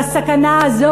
והסכנה הזאת,